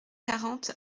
quarante